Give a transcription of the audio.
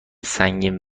سنگین